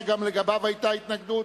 שגם לגביו היתה התנגדות,